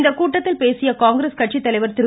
இந்த கூட்டத்தில் பேசிய காங்கிரஸ் கட்சித்தலைவர் திரு